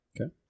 Okay